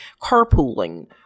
carpooling